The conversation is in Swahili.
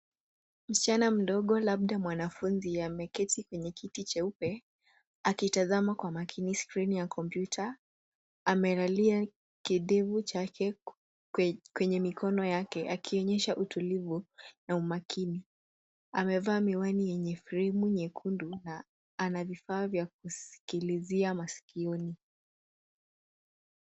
Msichana mdogo, labda mwanafunzi, ameketi kwenye kiti cheupe, akitazama kwa makini skrini ya kompyuta. Amelalia kidevu chake kwenye mikono yake, akionyesha utulivu na umakini. Amevaa miwani yenye fremu nyekundu na ana vifaa vya kusikilizia masikioni.